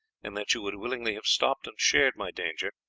and that you would willingly have stopped and shared my danger,